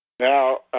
Now